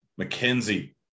McKenzie